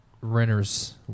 renter's